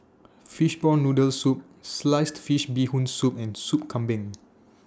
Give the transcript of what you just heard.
Fishball Noodle Soup Sliced Fish Bee Hoon Soup and Sop Kambing